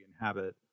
inhabit